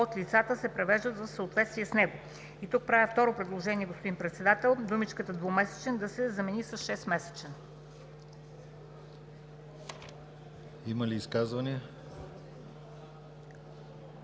от лицата, се привеждат в съответствие с него.“ И тук правя второ предложение, господин Председател, думичката „двумесечен“ да се замени с „шестмесечен“. ПРЕДСЕДАТЕЛ